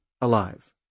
alive